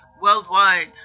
worldwide